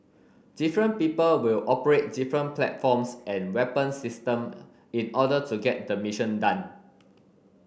different people will operate different platforms and weapon system in order to get the mission done